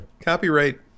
copyright